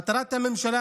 מטרת הממשלה,